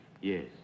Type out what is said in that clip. Yes